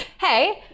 Hey